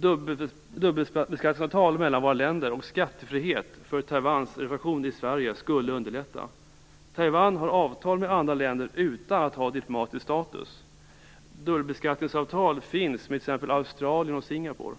Dubbelbeskattningsavtal mellan våra länder och skattefrihet för Taiwans representation i Sverige skulle underlätta. Taiwan har avtal med andra länder utan att ha diplomatisk status. Dubbelbeskattningsavtal finns med t.ex. Australien och Singapore.